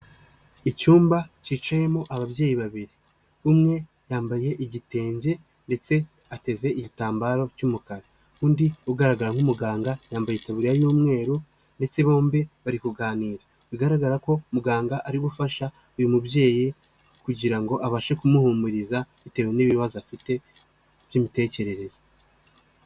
Icyumba kicayemo ababyeyi babiri, umwe yambaye igitenge ndetse ateze igitambaro cy'umukara, undi ugaragara nk'umuganga yambaye itaburiya y'umweru ndetse bombi bari kuganira, bigaragara ko muganga ari gufasha uyu mubyeyi kugira ngo abashe kumuhumuriza bitewe n'ibibazo afite by'imitekerereze.